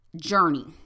journey